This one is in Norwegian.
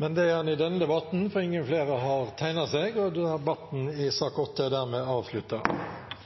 Men det er det i denne debatten, for flere har ikke bedt om ordet til sak